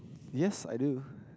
yes I do